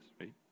right